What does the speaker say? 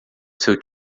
seu